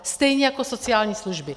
Stejně jako sociální služby.